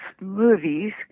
movies